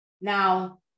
now